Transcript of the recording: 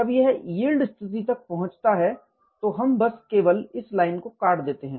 जब यह यील्ड स्थिति तक पहुँचता हैं तो हम बस केवल इस लाइन को काट देते हैं